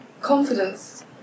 confidence